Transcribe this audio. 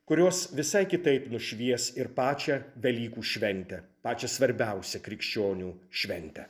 kurios visai kitaip nušvies ir pačią velykų šventę pačią svarbiausią krikščionių šventę